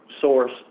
source